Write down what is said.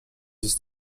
this